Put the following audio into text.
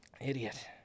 idiot